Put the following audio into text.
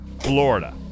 Florida